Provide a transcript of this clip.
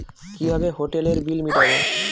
কিভাবে হোটেলের বিল মিটাব?